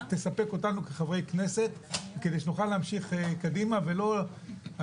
היא תספק אותנו כחברי כנסת וכדי שנוכל להמשיך קדימה ולהוציא